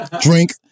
drink